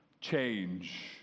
Change